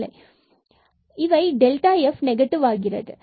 எனவே f negative ஆகிறது